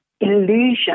illusion